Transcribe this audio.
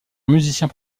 musicien